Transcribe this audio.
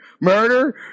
murder